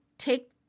take